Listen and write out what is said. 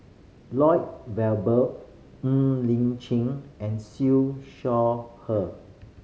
Lloyd Valberg Ng Li Chin and Siew Shaw Her